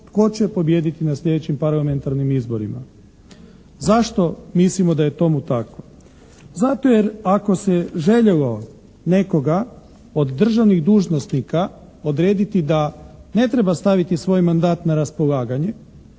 tko će pobijediti na sljedećim parlamentarnim izborima. Zašto mislim da je tomu tako? Zato jer ako se željelo nekoga od državnih dužnosnika odrediti da ne treba staviti svoj mandat na raspolaganje